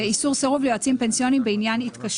אני רוצה לבדוק שיש לכם את כל